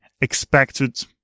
expected